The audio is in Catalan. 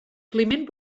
climent